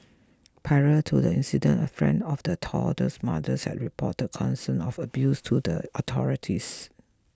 prior to the incident a friend of the toddler's mothers had reported concerns of abuse to the authorities